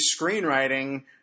screenwriting